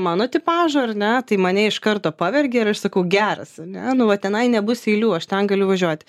mano tipažo ar ne tai mane iš karto pavergė ir aš sakau geras ane nu va tenai nebus eilių aš ten galiu važiuoti